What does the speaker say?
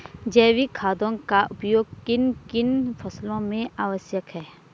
जैविक खादों का उपयोग किन किन फसलों में आवश्यक है?